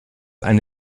eine